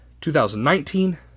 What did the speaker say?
2019